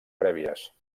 prèvies